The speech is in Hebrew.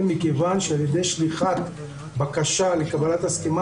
מכיוון שעל-ידי שליחת בקשה לקבלת הסכמה,